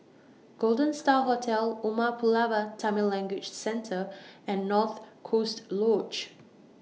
Golden STAR Hotel Umar Pulavar Tamil Language Centre and North Coast Lodge